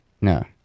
no